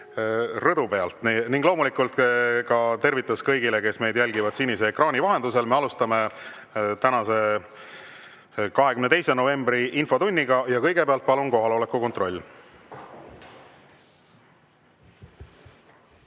rõdu pealt! Loomulikult tervitus ka kõigile, kes jälgivad meid sinise ekraani vahendusel! Me alustame tänast, 22. novembri infotundi ja kõigepealt palun kohaloleku kontroll.